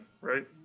right